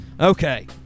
Okay